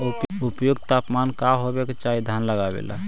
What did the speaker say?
उपयुक्त तापमान का होबे के चाही धान लगावे ला?